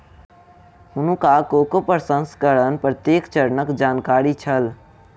हुनका कोको प्रसंस्करणक प्रत्येक चरणक जानकारी छल